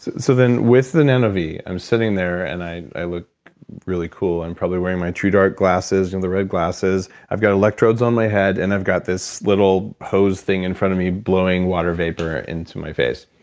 so, then with the nanovi, i'm sitting there and i i look really cool. i'm probably wearing my true dark glasses, you know the red glasses. i've got electrodes on my head, and i've got this little hose thing in front of me blowing water vapor into my face.